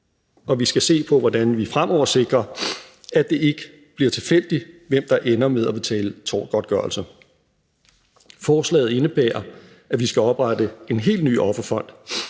Og vi skal se på, hvordan vi fremover sikrer, at det ikke bliver tilfældigt, hvem der ender med at betale tortgodtgørelse. Forslaget indebærer, at vi skal oprette en helt ny offerfond,